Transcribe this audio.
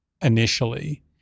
initially